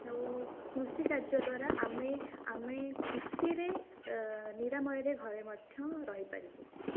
ଓ କୃଷି କାର୍ଯ୍ୟ ଦ୍ଵାରା ଆମେ ଆମେ ଖୁସିରେ ନିରାମୟରେ ଘରେ ମଧ୍ୟ ରହିପାରିବା